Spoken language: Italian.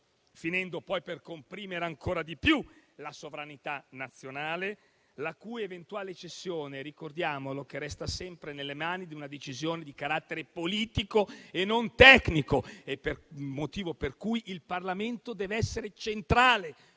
finendo poi per comprimere ancora di più la sovranità nazionale, la cui eventuale cessione - ricordiamolo - resta sempre nelle mani di una decisione di carattere politico e non tecnico; per questo motivo, il Parlamento dev'essere centrale